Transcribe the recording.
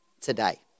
today